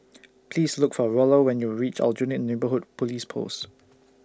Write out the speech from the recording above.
Please Look For Rollo when YOU REACH Aljunied Neighbourhood Police Post